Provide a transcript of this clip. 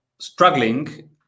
struggling